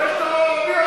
יש פה יחד.